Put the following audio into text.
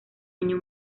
año